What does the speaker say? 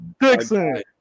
Dixon